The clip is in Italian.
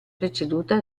preceduta